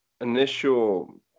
initial